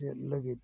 ᱪᱮᱫ ᱞᱟᱹᱜᱤᱫ